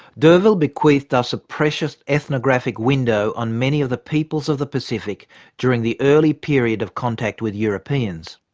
d'urville bequeathed us a precious ethnographic window on many of the peoples of the pacific during the early period of contact with europeans.